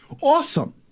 Awesome